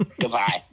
Goodbye